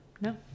No